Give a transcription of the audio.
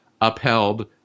upheld